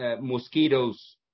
mosquitoes